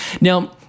Now